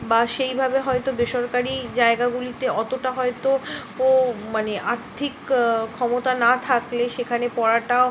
বা সেইভাবে হয়তো বেসরকারি জায়গাগুলিতে অতটা হয়তো ও মানে আর্থিক ক্ষমতা না থাকলে সেখানে পড়াটাও